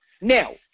Now